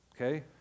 okay